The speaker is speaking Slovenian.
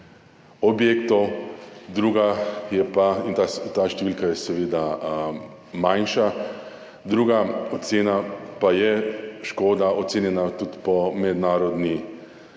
objektov, ta številka je seveda manjša, druga ocena pa je škoda, ocenjena tudi po mednarodni